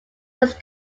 this